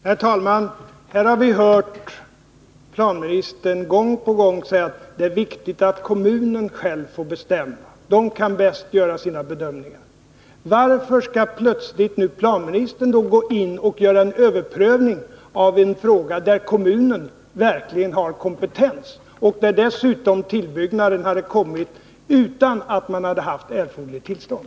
Herr talman! Här har vi hört planministern gång på gång säga att det är viktigt att kommunen själv får bestämma. Den kan bäst göra sina bedömningar. Varför skall då planministern plötsligt gå in och göra en överprövning av en fråga, där kommunen verkligen har kompetens och där dessutom tillbyggnaden tillkommit utan att man hade erforderligt tillstånd?